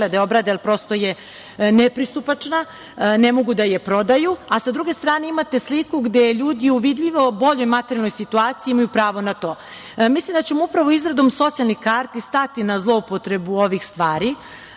da je obrade, prosto je nepristupačna, ne mogu da je prodaju, a sa druge strane imate sliku gde ljudi u vidljivo boljoj materijalnoj situaciji imaju pravo na to. Mislim da ćemo upravo izradom socijalnih karti stati na zloupotrebu ovih stvari.